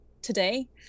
today